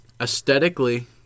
Aesthetically